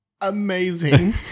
Amazing